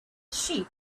sheep